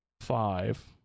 five